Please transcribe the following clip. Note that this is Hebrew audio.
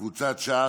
קבוצת סיעת ש"ס,